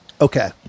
Okay